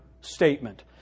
statement